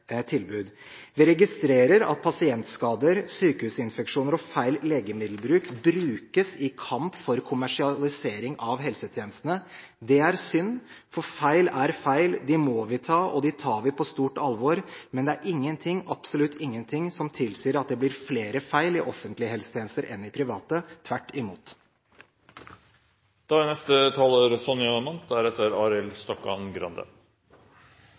Vi registrerer at pasientskader, sykehusinfeksjoner og feil legemiddelbruk brukes i kampen for kommersialisering av helsetjenestene. Det er synd, for feil er feil. Dem må vi ta, og vi tar dem på stort alvor. Men det er ingenting, absolutt ingenting, som tilsier at det blir flere feil i offentlige helsetjenester enn i private – tvert imot! Våre allerede gode helse- og omsorgstjenester kan bli enda bedre. Jeg er